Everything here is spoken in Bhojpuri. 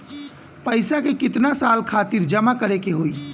पैसा के कितना साल खातिर जमा करे के होइ?